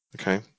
Okay